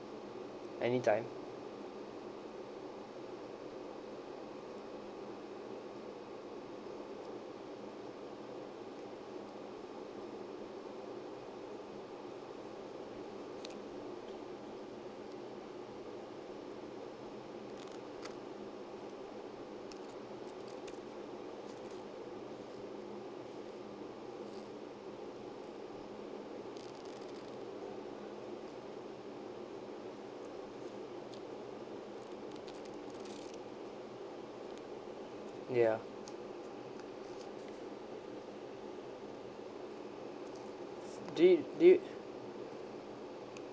anytime ya do do you